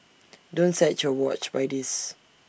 don't set your watch by this